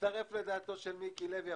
מצטרף לדעתו של מיקי לוי.